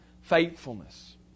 faithfulness